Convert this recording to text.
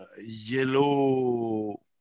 yellow